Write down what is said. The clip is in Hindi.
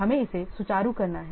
हमें इसे सुचारू करना है